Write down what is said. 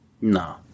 No